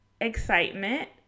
excitement